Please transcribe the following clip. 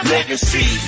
Legacy